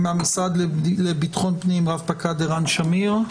מהמשרד לביטחון פנים רפ"ק ערן שמיר,